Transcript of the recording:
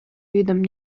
видом